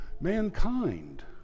mankind